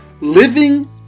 living